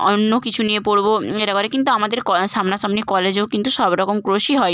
অন্য কিছু নিয়ে পড়ব এটা করে কিন্তু আমাদের সামনাসামনি কলেজেও কিন্তু সব রকম কোর্সই হয়